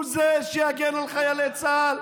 הוא זה שיגן על חיילי צה"ל?